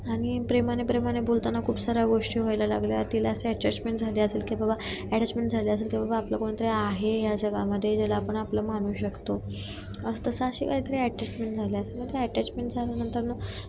आणि प्रेमाने प्रेमाने बोलताना खूप साऱ्या गोष्टी व्हायला लागल्या तिला असे अटॅचमेंट झाले असेल की बाबा ॲटॅचमेंट झाले असेल की बाबा आपलं कोणीतरी आहे ह्या जगामध्ये ज्याला आपण आपलं मानू शकतो असं तसं अशी काहीतरी ॲटॅचमेंट झाले असेल ते ॲटॅचमेंट झाल्यानंतरनं